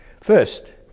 First